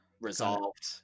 resolved